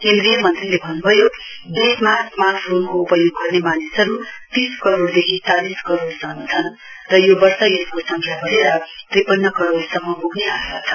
केन्द्रीय मन्त्रीले भन्नुभयो देशमा स्मार्ट फोनको उपयोग गर्ने मानिसहरू तीस करोडदेखि चालिस करोड सम्म छन् र यो वर्ष यसको सङ्ख्या बढेर त्रिपन्न करोड सम्म पुग्ने आशा छ